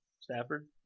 Stafford